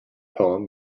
poem